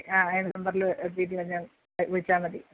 ആ ഈ നമ്പറിൽ വിളിച്ചാൽ മതി